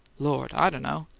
lord! i d' know.